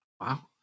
Wow